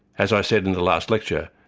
as i said in the last lecture,